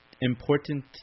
important